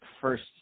first